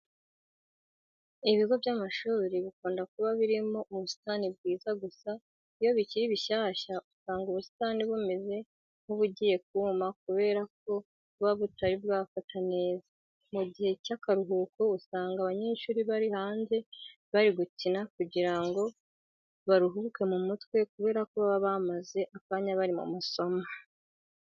Ibigo by'amashuri bikunda kuba birimo ubusitani bwiza gusa iyo bikiri bishyashya usanga ubusitani bumeze nk'ubugiye kuma kubera ko buba butari bwafata neza. Mu gihe cy'akaruhuko usanga abanyeshuri bari hanze bari gukina kugira ngo baruhuke mu mutwe kubera ko baba bamaze akanya bari mu masomo.